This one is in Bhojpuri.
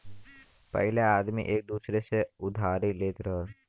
पहिले आदमी एक दूसर से उधारी लेत रहल